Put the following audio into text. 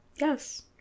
Yes